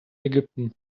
ägypten